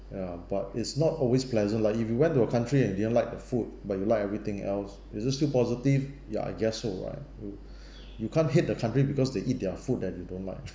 ya but it's not always pleasant like if you went to a country and didn't like the food but you like everything else is this still positive ya I guess so right you can't hate the country because they eat their food and you don't like